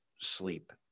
sleep